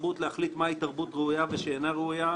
התרבות להחליט מהי תרבות ראויה ושאינה ראויה,